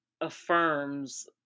affirms